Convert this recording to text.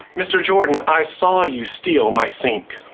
mr jordan, i saw you steal my sink.